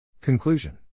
Conclusion